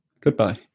Goodbye